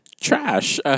trash